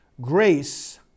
Grace